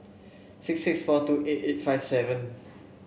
six six four two eight eight five seven